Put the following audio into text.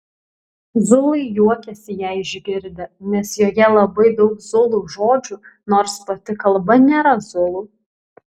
zulai juokėsi ją išgirdę nes joje labai daug zulų žodžių nors pati kalba nėra zulų